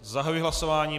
Zahajuji hlasování.